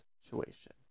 situation